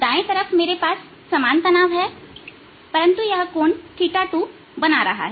दाएं तरफ मेरे पास समान तनाव है परंतु यह कोण θ2 बना रहा है